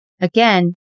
Again